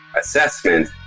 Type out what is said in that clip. assessment